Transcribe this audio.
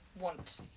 want